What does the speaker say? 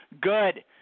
good